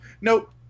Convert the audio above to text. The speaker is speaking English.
Nope